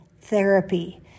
therapy